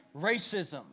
racism